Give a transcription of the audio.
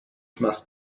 must